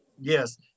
Yes